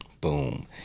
Boom